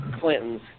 Clinton's